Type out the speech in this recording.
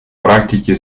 практика